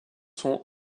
sont